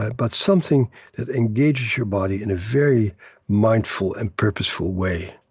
ah but something that engages your body in a very mindful and purposeful way